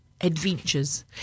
adventures